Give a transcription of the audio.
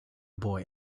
boy